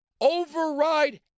override